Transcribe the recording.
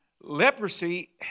Leprosy